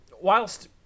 whilst